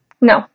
No